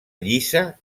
lliça